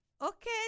Okay